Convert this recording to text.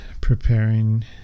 preparing